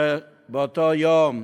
שבאותו יום,